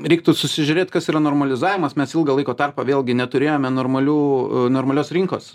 reiktų susižiūrėt kas yra normalizavimas mes ilgą laiko tarpą vėlgi neturėjome normalių normalios rinkos